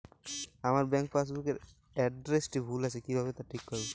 আমার bank passbook এর এড্রেসটি ভুল আছে কিভাবে তা ঠিক করবো?